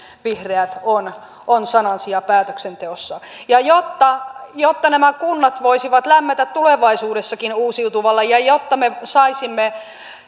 vihreät on on sanansija päätöksenteossa jotta jotta nämä kunnat voisivat lämmetä tulevaisuudessakin uusiutuvalla ja jotta me saisimme